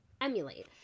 emulate